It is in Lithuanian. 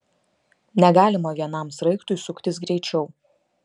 negalima vienam sraigtui suktis greičiau